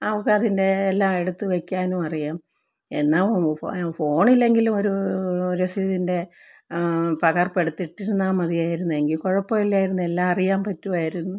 അവള്ക്കതിൻ്റെ എല്ലാം എടുത്തു വയ്ക്കാനുമറിയാം എന്നാ ഫോണില്ലെങ്കിലും ഒരു രസീതിൻ്റെ പകർപ്പെടുത്തിട്ടിരുന്നാല് മതിയായിരുന്നു എങ്കില് കുഴപ്പമില്ലായിരുന്നു എല്ലാം അറിയാന് പറ്റുമായിരുന്നു